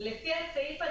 הסעיף,